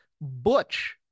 Butch